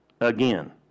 again